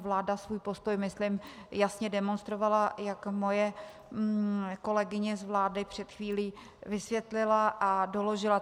Vláda svůj postoj myslím jasně demonstrovala, jak moje kolegyně z vlády před chvílí vysvětlila a doložila.